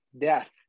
death